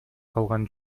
калган